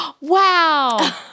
wow